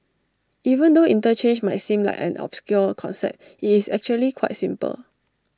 even though interchange might seem like an obscure concept IT is actually quite simple